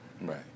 Right